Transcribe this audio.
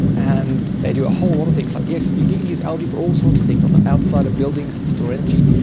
and they do a whole lot of things like, yes, you can use algae for all sorts of things, on the outside of buildings to store energy,